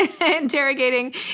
interrogating